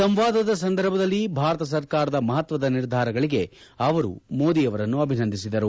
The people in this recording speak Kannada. ಸಂವಾದದ ಸಂದರ್ಭದಲ್ಲಿ ಭಾರತ ಸರ್ಕಾರದ ಮಹತ್ವದ ನಿಧಾರಗಳಿಗೆ ಅವರು ಮೋದಿ ಅವರನ್ನು ಅಭಿನಂದಿಸಿದರು